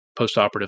postoperative